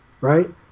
right